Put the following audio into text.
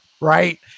Right